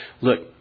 look